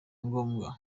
ngombwa